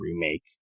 remake